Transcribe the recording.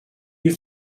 you